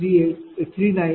u V30